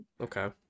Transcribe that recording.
Okay